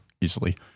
easily